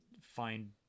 find